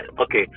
Okay